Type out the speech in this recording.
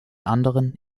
anderen